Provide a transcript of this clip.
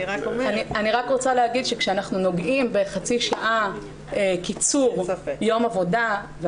אני רק רוצה להגיד שכאשר אנחנו נוגעים בחצי שעה קיצור יום עבודה,